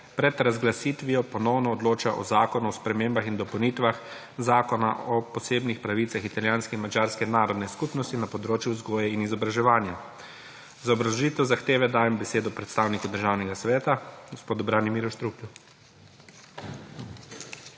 pred razglasitvijo ponovno odloča o Zakonu o spremembah in dopolnitvah Zakona o posebnih pravicah italijanske in madžarske narodne skupnosti na področju vzgoje in izobraževanja. Za obrazložitev zahteve dajem besedo predstavniku Državnega sveta gospodu Branimirju Štruklju.